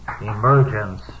emergence